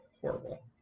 horrible